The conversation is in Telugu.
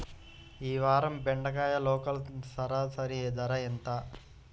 ఈ వారం బెండకాయ లోకల్ సరాసరి ధర ఎంత?